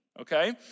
Okay